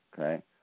okay